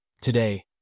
Today